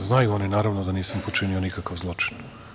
Znaju oni, naravno, da nisam počinio nikakav zločin.